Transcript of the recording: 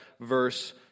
verse